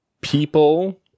people